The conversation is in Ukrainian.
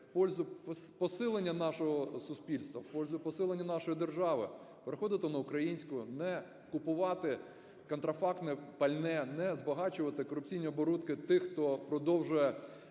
впользу посилення нашого суспільства, в пользу посилення нашої держави: переходити на українську, не купувати контрафактне пальне, не збагачувати корупційні оборудки тих, хто продовжує